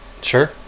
Sure